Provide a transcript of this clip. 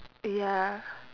ya